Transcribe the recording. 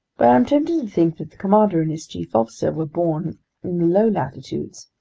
but i'm tempted to think that the commander and his chief officer were born in the low latitudes.